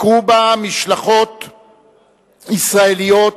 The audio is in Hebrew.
ביקרו בה משלחות ישראליות,